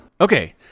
Okay